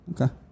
Okay